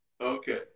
Okay